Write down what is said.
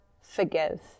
forgive